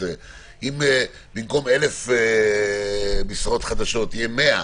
אם במקום 1,000 משרות חדשות, יהיו 100,